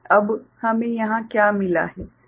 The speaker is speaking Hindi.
अब हमें यहाँ क्या मिला है